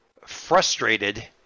frustrated